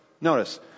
notice